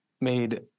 Made